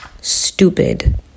stupid